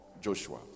Joshua